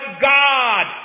God